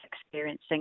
experiencing